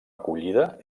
acollida